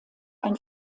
ein